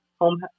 home